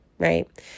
right